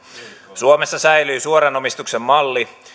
suomessa säilyy suoran omistuksen malli